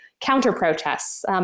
Counter-protests